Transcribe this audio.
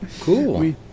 Cool